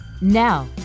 now